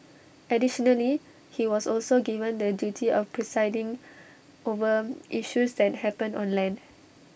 additionally he was also given the duty of presiding over issues that happen on land